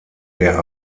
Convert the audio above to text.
der